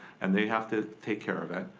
and they have to take care of it,